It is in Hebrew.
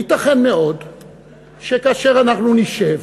ייתכן מאוד שכאשר אנחנו נשב